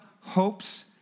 hopes